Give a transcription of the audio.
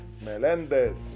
Melendez